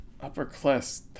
upper-class